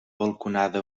balconada